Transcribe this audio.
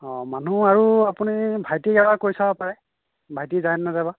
অঁ মানুহ আৰু আপুনি ভাইটিক এবাৰ কৈ চাব পাৰে ভাইটি যায় নে নাযায় বা